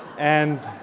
and